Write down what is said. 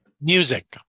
Music